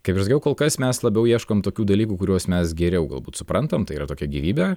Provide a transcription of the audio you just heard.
kaip ir sakiau kol kas mes labiau ieškom tokių dalykų kuriuos mes geriau galbūt suprantam tai yra tokia gyvybė